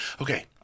okay